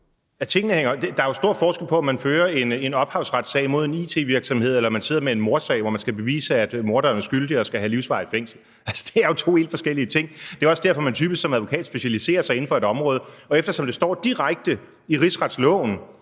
Der er jo stor forskel på, om man fører en ophavsretssag mod en it-virksomhed eller man sidder med en mordsag, hvor man skal bevise, at morderen er skyldig og skal have livsvarigt fængsel. Det er jo to helt forskellige ting. Det er jo også derfor, man som advokat typisk specialiserer sig inden for et område, og eftersom det står direkte i rigsretsloven,